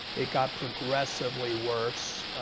it got progressively worse.